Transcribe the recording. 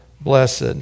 blessed